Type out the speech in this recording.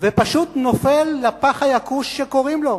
ופשוט נופל לפח היקוש ששמים לו.